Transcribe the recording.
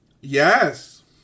yes